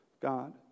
God